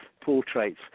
portraits